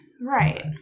Right